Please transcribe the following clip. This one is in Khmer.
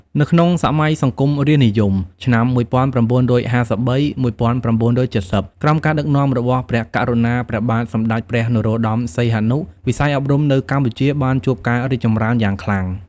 នៅក្នុងសម័យ សង្គមរាស្រ្តនិយម (ឆ្នាំ ១៩៥៣-១៩៧០) ក្រោមការដឹកនាំរបស់ព្រះករុណាព្រះបាទ សម្ដេចព្រះនរោត្តម សីហនុ វិស័យអប់រំនៅកម្ពុជាបានជួបការរីកចម្រើនយ៉ាងខ្លាំង។